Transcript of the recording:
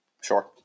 Sure